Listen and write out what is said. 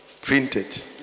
printed